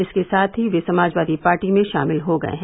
इसके साथ ही वह समाजवादी पार्टी में शामिल हो गये हैं